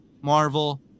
Marvel